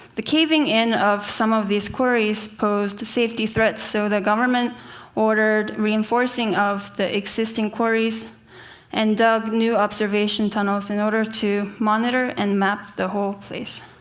the caving-in of some of these quarries posed safety threats, so the government ordered reinforcing of the existing quarries and dug new observation tunnels in order to monitor and map the whole place.